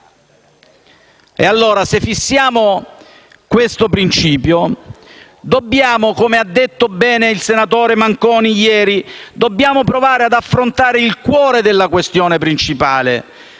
Pertanto, se fissiamo questo principio, come ha detto bene il senatore Manconi ieri, dobbiamo cercare di affrontare il cuore della questione principale: